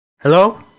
Hello